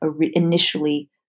initially